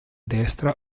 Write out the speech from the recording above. destra